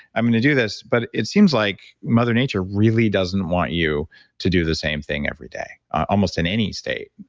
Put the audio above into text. i'm going to do this, but it seems like mother nature really doesn't want you to do the same thing every day, almost in any state.